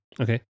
Okay